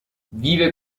vive